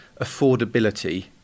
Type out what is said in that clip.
affordability